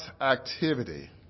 activity